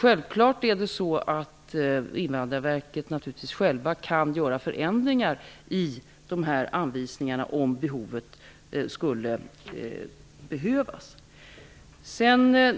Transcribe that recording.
Givetvis kan Invandrarverket självt göra förändringar i dessa anvisningar, om behov skulle uppstå.